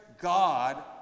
God